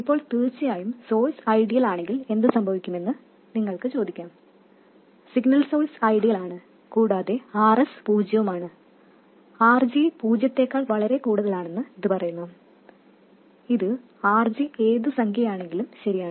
ഇപ്പോൾ തീർച്ചയായും source ideal ആണെങ്കിൽ എന്ത് സംഭവിക്കുമെന്ന് നിങ്ങൾക്ക് ചോദിക്കാം സിഗ്നൽ സോഴ്സ് ഐഡിയൽ ആണ് കൂടാതെ Rs പൂജ്യവുമാണ് RG പൂജ്യത്തേക്കാൾ വളരെ കൂടുതലാണെന്ന് ഇത് പറയുന്നു ഇത് RG ഏത് സംഖ്യയാണെങ്കിലും ശരിയാണ്